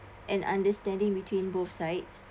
and understanding between both sides